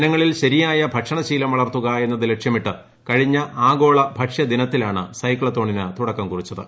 ജനങ്ങളിൽ ശരിയായ ഭക്ഷണ ശീലം വളർത്തുക എന്നത് ലക്ഷ്യമിട്ട് കഴിഞ്ഞ ഭക്ഷ്യ ദിനത്തിലാണ് സൈക്ലത്തോണിന് ആഗോള തുടക്കം കുറിച്ചത്